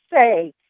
say